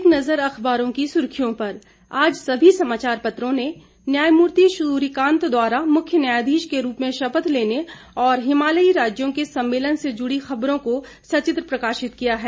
एक नज़र अखबारों की सुर्खियों पर आज सभी समाचार पत्रों ने न्यायमूर्ति सूर्यकांत द्वारा मुख्य न्यायाधीश के रूप में शपथ लेने और हिमालयी राज्यों के सम्मेलन से जुड़ी खबरों को सचित्र प्रकाशित किया है